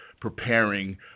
preparing